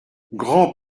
grand